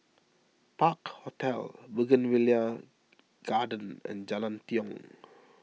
Park Hotel Bougainvillea Garden and Jalan Tiong